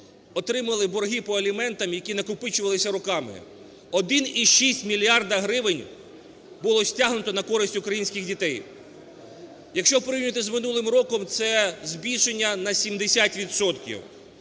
отримали борги по аліментам, які накопичувалися роками, 1,6 мільярда гривень було стягнуто на користь українських дітей. Якщо порівнювати з минулим роком, це збільшення на 70